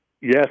yes